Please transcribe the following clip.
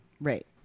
right